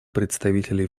представителей